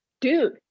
dude